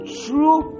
true